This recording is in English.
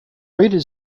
rated